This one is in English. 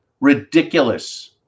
Ridiculous